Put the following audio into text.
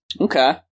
Okay